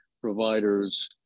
providers